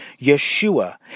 Yeshua